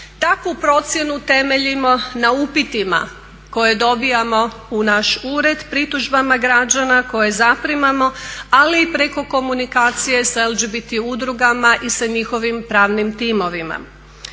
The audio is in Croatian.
Takvu procjenu temeljimo na upitima koje dobijamo u naš ured pritužbama građana koje zaprimamo, ali i preko komunikacije sa LGBT udrugama i sa njihovim pravnim timovima.